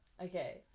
Okay